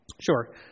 Sure